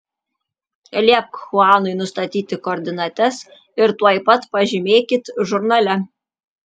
liepk chuanui nustatyti koordinates ir tuoj pat pažymėkit žurnale